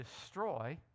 destroy